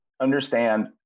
Understand